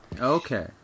Okay